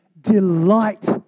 delight